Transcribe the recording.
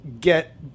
get